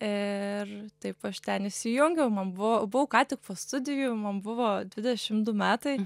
ir taip aš ten įsijungiau man buvo buvau ką tik po studijų man buvo dvidešimt du metai